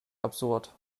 absurd